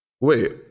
Wait